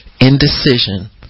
indecision